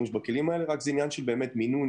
זה באמת עניין של איזון.